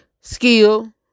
skill